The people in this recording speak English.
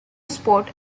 sport